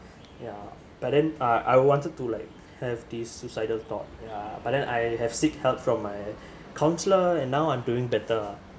ya but then uh I would wanted to like have this suicidal thought yeah but then I have seek help from my counsellor and now I'm doing better lah